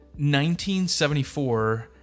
1974